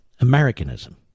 Americanism